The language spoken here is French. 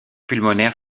pulmonaires